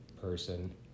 person